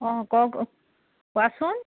অঁ কওক কোৱাচোন